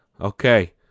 Okay